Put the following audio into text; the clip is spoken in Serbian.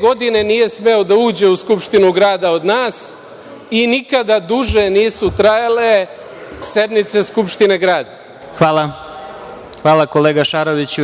godine nije smeo da uđe u Skupštinu grada od nas i nikada duže nisu trajale sednice Skupštine grada. **Vladimir Marinković** Hvala, kolega Šaroviću.